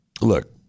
Look